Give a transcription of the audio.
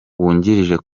wungirije